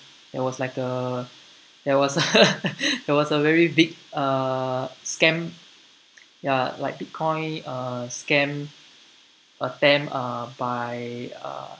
there was like a there was there was a very big uh scam ya like bitcoin uh scam attempt by uh